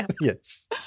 Yes